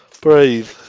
breathe